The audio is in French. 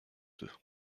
deux